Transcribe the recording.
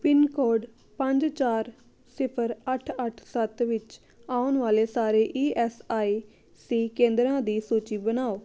pin code ਪੰਜ ਚਾਰ ਸਿਫਰ ਅੱਠ ਅੱਠ ਸੱਤ ਵਿੱਚ ਆਉਣ ਵਾਲੇ ਸਾਰੇ ਈ ਐਸ ਆਈ ਸੀ ਕੇਂਦਰਾਂ ਦੀ ਸੂਚੀ ਬਣਾਓ